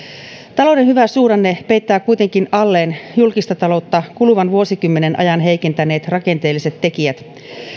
talouden hyvä suhdanne peittää kuitenkin alleen julkista taloutta kuluvan vuosikymmenen ajan heikentäneet rakenteelliset tekijät